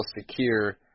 secure